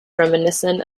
reminiscent